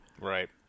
Right